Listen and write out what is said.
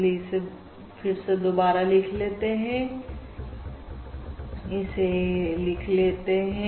तो चलिए इसे फिर से दोबारा देख लेते हैं इसे लिख लेते हैं